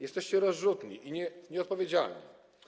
Jesteście rozrzutni i nieodpowiedzialni.